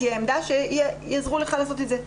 תהיה עמדה שיעזרו לך לעשות את זה.